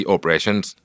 Operations